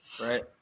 right